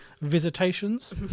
visitations